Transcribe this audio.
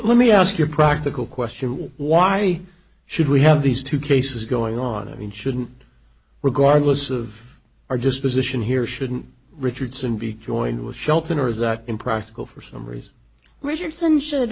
let me ask you a practical question why should we have these two cases going on i mean shouldn't regardless of our just position here shouldn't richardson be joined with shelton or is that impractical for some reason richardson should